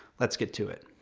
let's get to it.